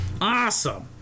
Awesome